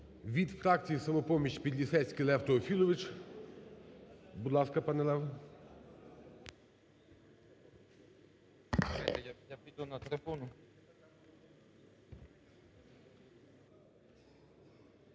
Від фракції "Самопоміч" – Підлісецький Лев Теофілович. Будь ласка, пане Лев.